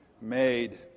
made